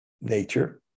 nature